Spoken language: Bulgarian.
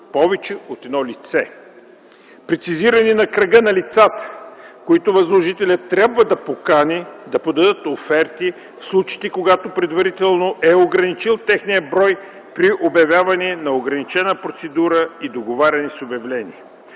повече от едно лице; - прецизиране на кръга на лицата, които възложителят трябва да покани да подадат оферти, в случаите когато предварително е ограничил техния брой при обявяване на ограничена процедура и договаряне с обявление;